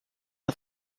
are